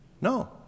No